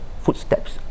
footsteps